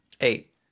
Eight